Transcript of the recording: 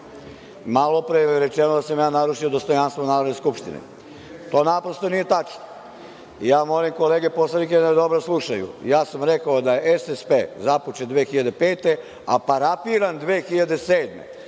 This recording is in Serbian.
jer je rečeno da sam narušio dostojanstvo Narodne skupštine. To naprosto nije tačno. Molim kolege poslanike da dobro slušaju. Rekao sam da je SSP započet 2005, a parafiran 2007.